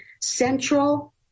central